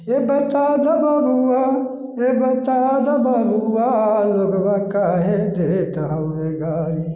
हे बता दऽ बबुआ हे बता दऽ बबुआ लोगबा काहे देत हमे गारी